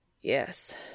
Yes